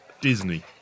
Disney